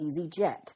EasyJet